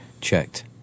checked